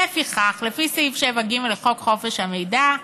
"לפיכך, לפי סעיף 7(ג) לחוק חופש המידע,